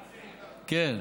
אוקיי.